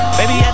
Baby